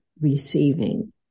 receiving